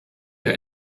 der